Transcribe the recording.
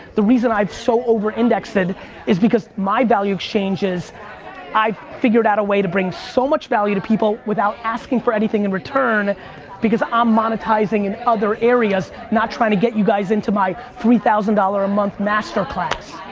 the reason i'm so over-indexed is because my value exchange is i figured out a way to bring so much value to people without asking for anything in return because i'm monetizing in other areas, not tryin' to get you guys into my three thousand dollars a month master class.